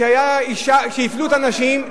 כשהצביעו על הנשים,